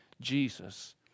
Jesus